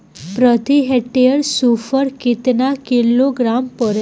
प्रति हेक्टेयर स्फूर केतना किलोग्राम पड़ेला?